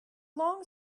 long